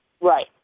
Right